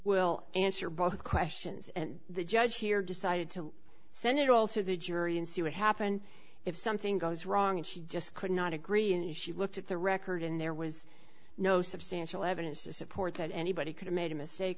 will answer both questions and the judge here decided to send it all to the jury and see what happened if something goes wrong and she just could not agree and she looked at the record in there was no substantial evidence to support that anybody could have made a mistake